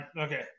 Okay